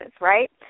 right